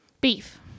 Beef